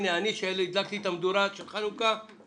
הנה, אני שהדלקתי את מדורת החנוכה כיביתי אותה.